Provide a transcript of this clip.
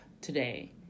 today